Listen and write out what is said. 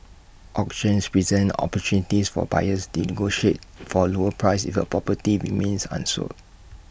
auctions present opportunities for buyers negotiate for A lower price if the property remains unsold